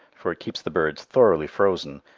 for it keeps the birds thoroughly frozen,